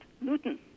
Newton